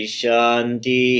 shanti